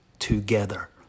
together